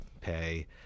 pay